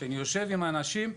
אני אומר לאנשים שלי: